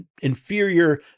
inferior